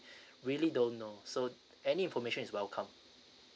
really don't know so any information is welcome